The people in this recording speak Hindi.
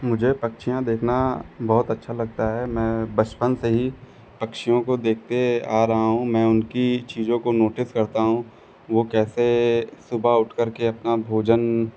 मुझे पक्षियाँ देखना बहुत अच्छा लगता है मैं बचपन से ही पक्षियों को देखते आ रहा हूँ मैं उनकी चीज़ों को नोटिस करता हूँ वह कैसे सुबह उठ कर के अपना भोजन